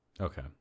okay